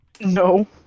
no